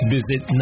Visit